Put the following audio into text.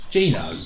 Gino